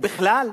ובכלל,